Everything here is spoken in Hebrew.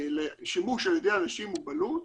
לשימוש על ידי אנשים עם מוגבלות,